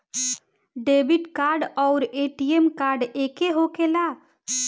Debit card आउर ATM card एके होखेला?